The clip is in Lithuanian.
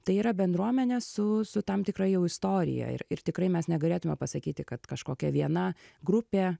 tai yra bendruomenė su su tam tikra jau istorija ir ir tikrai mes negalėtume pasakyti kad kažkokia viena grupė